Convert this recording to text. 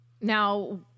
Now